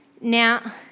Now